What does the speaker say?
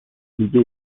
دیگه